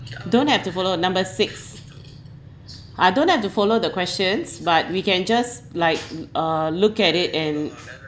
don't have to follow number six uh don't have to follow the questions but we can just like uh look at it and